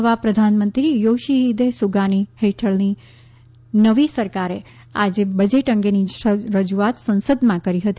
નવા પ્રધાનમંત્રી યોશીહિદ સુગાની હેઠળની નવી સરકારે આજે બજેટ અંગેની રજૂઆત સંસદમાં કરી હતી